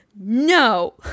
No